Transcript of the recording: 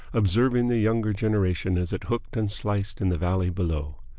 observing the younger generation as it hooked and sliced in the valley below.